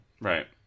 right